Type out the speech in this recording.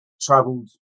traveled